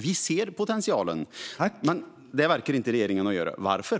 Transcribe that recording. Vi ser potentialen, men det verkar inte regeringen göra. Varför?